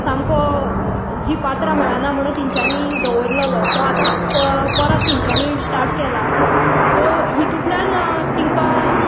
सामको जीं पात्रां मेळाना म्हुणू तेंच्यानी दवरलोलो तो आतां प परत तेंच्यानी स्टाट केला सो हितुतल्यान तिंका